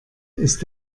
ist